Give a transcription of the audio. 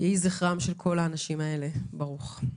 יהי זכרם של כל האנשים האלה ברוך.